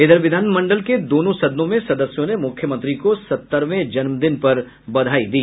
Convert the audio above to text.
इधर विधान मंडल के दोनों सदनों में सदस्यों ने मुख्यमंत्री को सत्तरवें जन्मदिन की बधाई दी